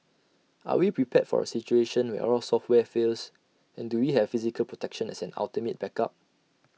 are we prepared for A situation where all software fails and do we have physical protection as an ultimate backup